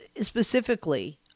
specifically